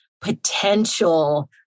potential